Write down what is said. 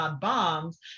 bombs